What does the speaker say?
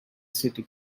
city